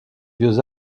vieux